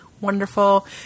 Wonderful